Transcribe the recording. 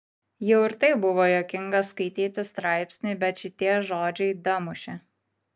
jau ir taip buvo juokinga skaityti straipsnį bet šitie žodžiai damušė